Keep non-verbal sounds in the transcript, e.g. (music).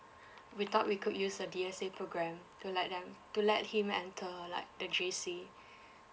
(breath) we thought we could use the D_S_A program to let them to let him enter like the J_C (breath)